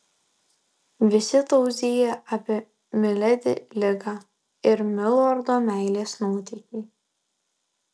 visi tauzija apie miledi ligą ir milordo meilės nuotykį